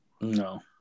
No